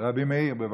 רבי מאיר, בבקשה.